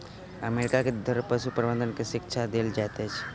America में दुधारू पशु प्रबंधन के शिक्षा देल जाइत अछि